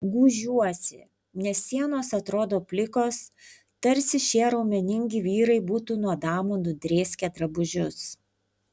gūžiuosi nes sienos atrodo plikos tarsi šie raumeningi vyrai būtų nuo damų nudrėskę drabužius